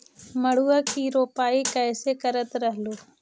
मड़उआ की रोपाई कैसे करत रहलू?